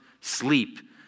sleep